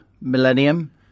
millennium